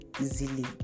easily